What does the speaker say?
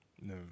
No